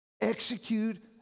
execute